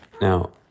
Now